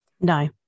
No